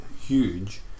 huge